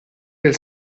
del